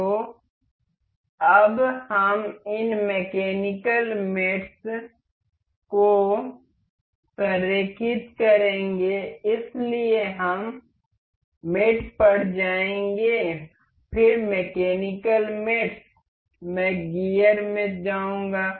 तो अब हम इन मैकेनिकल मेट्स को संरेखित करेंगे इसलिए हम मेट पर जाएंगे फिर मैकेनिकल मेट्स मैं गियर में जाऊंगा